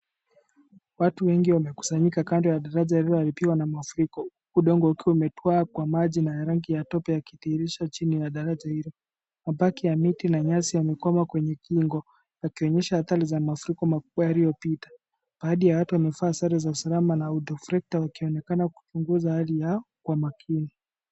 Watu wengi wamekusanyika kando na daraja iliyoaribiwa na mafuriko udongo ukiwa umetwaa kwa maji na rangi ya tope yakidhihirisha chini ya daraja hili. Mabaki ya miti na nyasi yamekwama kwenye kingo yakionyesha hatari za mafuriko makubwa yaliyopita, baadhi ya watu wamevaa sare ya usalama na hutureflector ukionekana kupunguza hali yao kwa makini.